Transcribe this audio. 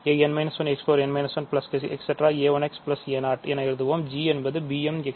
a1 xa0 என எழுதுவோம்g என்பது b mxm